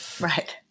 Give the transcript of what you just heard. right